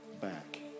back